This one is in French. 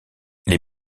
les